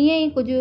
इअंई कुझु